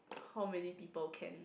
how many people can